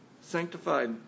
sanctified